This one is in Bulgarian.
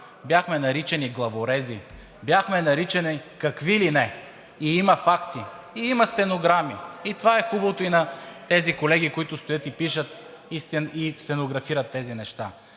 бяхме наричани главорези, бяхме наричани какви ли не, и има факти, и има стенограми, и това е хубавото на тези колеги, които стоят и пишат, и стенографират тези неща,